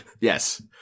Yes